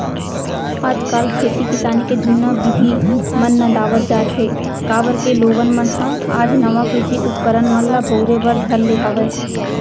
आज काल खेती किसानी के जुन्ना बिधि मन नंदावत जात हें, काबर के लोगन मन ह आज नवा कृषि उपकरन मन ल बउरे बर धर ले हवय